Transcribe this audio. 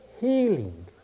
healing